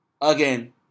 Again